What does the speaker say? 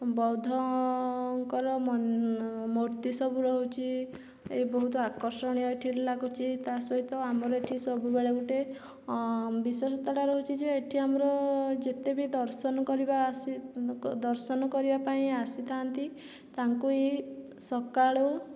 ବୌଦ୍ଧଙ୍କର ମୂର୍ତ୍ତି ସବୁ ରହୁଛି ବହୁତ ଆକର୍ଷଣୀୟ ଏଠିର ଲାଗୁଛି ତା ସହିତ ଆମର ଏଠି ସବୁବେଳେ ଗୋଟିଏ ବିଶେଷତାଟା ରହୁଛି ଯେ ଏଠି ଆମର ଯେତେ ବି ଦର୍ଶନ କରିବା ଆସି ଦର୍ଶନ କରିବା ପାଇଁ ଆସିଥାନ୍ତି ତାଙ୍କୁ ହିଁ ସକାଳୁ